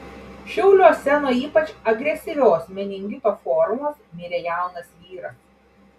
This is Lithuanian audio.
šiauliuose nuo ypač agresyvios meningito formos mirė jaunas vyras